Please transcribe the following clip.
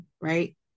right